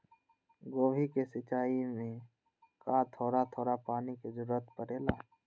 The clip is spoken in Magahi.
गोभी के सिचाई में का थोड़ा थोड़ा पानी के जरूरत परे ला?